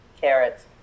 carrots